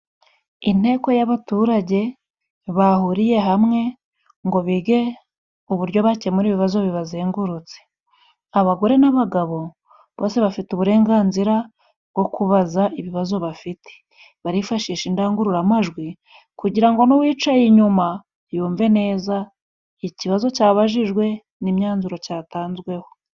Inteko y'abaturage bahuriye hamwe ngo bige uburyo bakemura ibibazo bibazengurutse. Abagore n'abagabo bose bafite uburenganzira bwo kubaza ibibazo bafite, barifashisha indangururamajwi kugira ngo n'uwicaye inyuma yumve neza ikibazo cyabajijwe n'imyanzuro cyatanzweho.